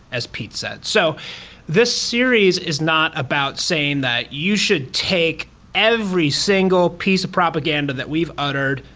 as pete said. so this series is not about saying that you should take every single piece of propaganda that we've uttered,